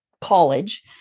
college